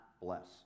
bless